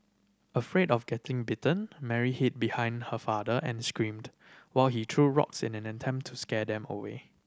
afraid of getting bitten Mary hid behind her father and screamed while he threw rocks in an attempt to scare them away